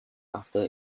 after